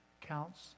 counts